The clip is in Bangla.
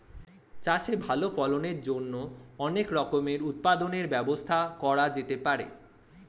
চাষে ভালো ফলনের জন্য অনেক রকমের উৎপাদনের ব্যবস্থা করা যেতে পারে